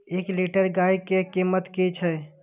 एक लीटर गाय के कीमत कि छै?